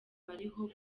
bariho